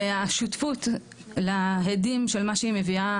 והשותפות להדים של מה שהיא מביאה.